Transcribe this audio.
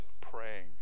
praying